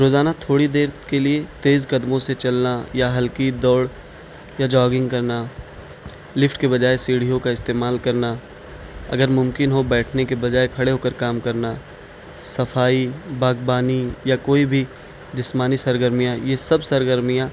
روزانہ تھوڑی دیر کے لیے تیز قدموں سے چلنا یا ہلکی دوڑ یا جوگنگ کرنا لفٹ کے بجائے سیڑھیوں کا استعمال کرنا اگر ممکن ہو بیٹھنے کے بجائے کھڑے ہو کر کام کرنا صفائی باغبانی یا کوئی بھی جسمانی سرگرمیاں یہ سب سرگرمیاں